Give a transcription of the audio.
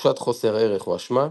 תחושת חוסר ערך\אשמה,